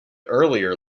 earlier